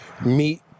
meet